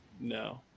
no